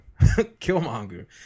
Killmonger